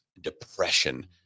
depression